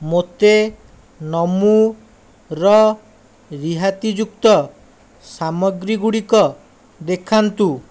ମୋତେ ନମୂର ରିହାତିଯୁକ୍ତ ସାମଗ୍ରୀ ଗୁଡ଼ିକ ଦେଖାନ୍ତୁ